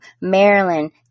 Maryland